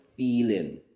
feeling